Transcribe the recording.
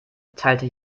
teilte